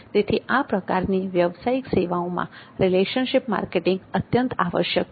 તેથી આ પ્રકારની વ્યવસાયિક સેવાઓમાં રીલેશનશીપ માર્કેટિંગ અત્યંત આવશ્યક છે